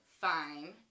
fine